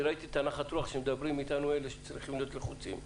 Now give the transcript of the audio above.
אני ראיתי את נחת הרוח שבה מדברים איתנו אלה שצריכים להיות לחוצים מזה.